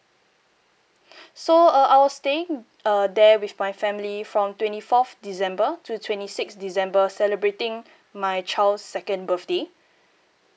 so uh I was staying uh there with my family from twenty fourth december two twenty six december celebrating my child's second birthday